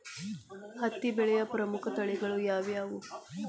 ಹತ್ತಿ ಬೆಳೆಯ ಪ್ರಮುಖ ತಳಿಗಳು ಯಾವ್ಯಾವು?